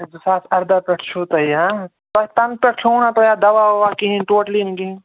زٕ ساس اَرداہ پٮ۪ٹھ چھُو تۄہہِ یہِ ہاں تۄہہِ تَنہٕ پٮ۪ٹھ کھیوٚوُ نَہ تۄہہِ اَتھ دَِوا وَوا کِہیٖنۍ ٹوٹلی نہٕ کِہیٖنۍ